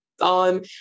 on